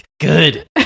good